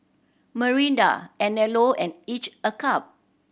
Mirinda Anello and Each a Cup